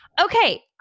Okay